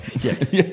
Yes